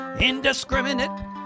indiscriminate